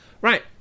Right